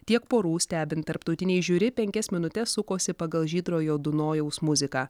tiek porų stebint tarptautinei žiuri penkias minutes sukosi pagal žydrojo dunojaus muziką